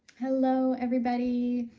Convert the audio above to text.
hello everybody!